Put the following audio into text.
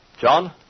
John